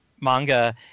manga